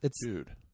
Dude